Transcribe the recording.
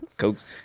Cokes